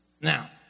Now